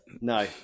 No